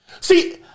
See